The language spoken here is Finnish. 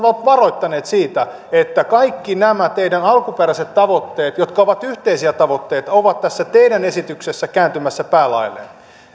ovat varoittaneet siitä että kaikki nämä teidän alkuperäiset tavoitteenne jotka ovat yhteisiä tavoitteita ovat tässä teidän esityksessänne kääntymässä päälaelleen